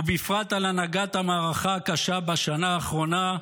ובפרט על הנהגת המערכה הקשה בשנה האחרונה,